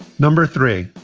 number three,